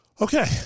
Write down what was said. Okay